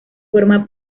forma